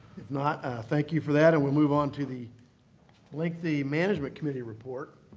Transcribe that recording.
if not, thank you for that, and we'll move on to the lengthy management committee report.